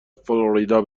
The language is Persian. فلوریدا